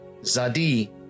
Zadi